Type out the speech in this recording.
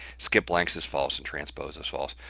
skip blanks is false and transpose is false.